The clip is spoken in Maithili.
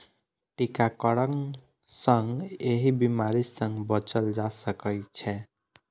टीकाकरण सं एहि बीमारी सं बचल जा सकै छै